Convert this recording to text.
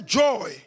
joy